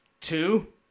Two